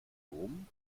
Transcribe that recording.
dom